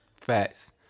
Facts